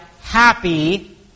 happy